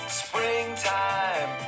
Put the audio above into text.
springtime